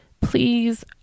Please